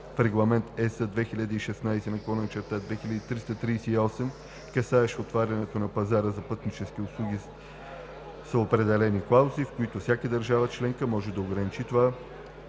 в Регламент ЕС 2016/2338, касаещ отварянето на пазара на пътнически услуги, са определени клаузи, в които всяка държава членка може да ограничи това